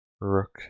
Rook